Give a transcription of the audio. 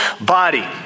body